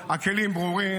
אז למה אתה לא מופיע?